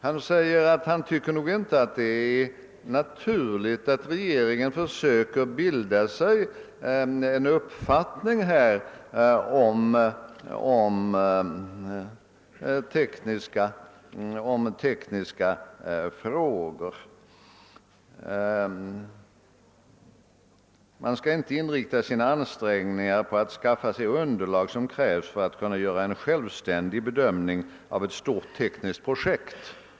Han sade att han inte tycker att det är naturligt att regeringen försöker bilda sig en uppfattning i tekniska frågor; regeringen bör inte inrikta sina ansträngningar på att skaffa det underlag som krävs för en självständig bedömning av ett stort tekniskt projekt.